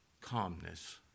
Calmness